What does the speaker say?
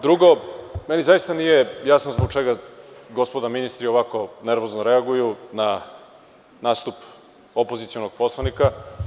Drugo, meni nije jasno zbog čega gospoda ministri ovako nervozno reaguju na nastup opozicionog poslanika.